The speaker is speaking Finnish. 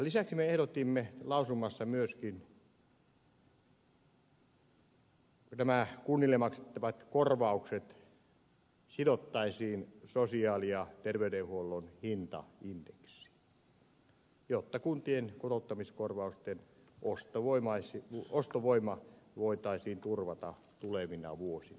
lisäksi me ehdotimme lausumassa myöskin että nämä kunnille maksettavat korvaukset sidottaisiin sosiaali ja terveydenhuollon hintaindeksiin jotta kuntien kotouttamiskorvausten ostovoima voitaisiin turvata tulevina vuosina